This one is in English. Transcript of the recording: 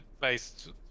based